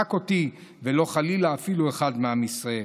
תמחק אותי, ולא חלילה אפילו אחד מעם ישראל.